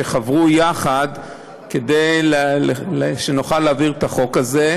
שחברו יחד כדי שנוכל להעביר את החוק הזה.